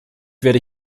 werde